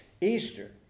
Easter